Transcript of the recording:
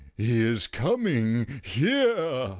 he is coming here.